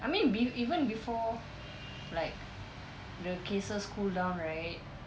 I mean even before like the cases cool down right